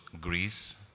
Greece